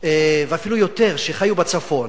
ואפילו יותר שחיו בצפון.